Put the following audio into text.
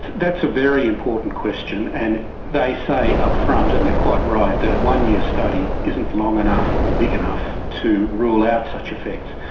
that's a very important question, and they say upfront and they are quite right that a one-year study isn't long enough or big enough to rule out such effects.